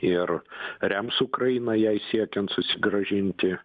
ir rems ukrainą jai siekiant susigrąžinti